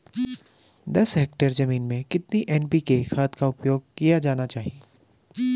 दस हेक्टेयर जमीन में कितनी एन.पी.के खाद का उपयोग किया जाना चाहिए?